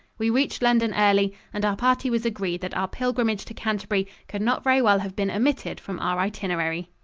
we reached london early, and our party was agreed that our pilgrimage to canterbury could not very well have been omitted from our itinerary.